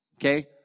okay